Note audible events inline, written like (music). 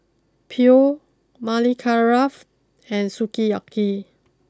(unintelligible) Maili (unintelligible) and Sukiyaki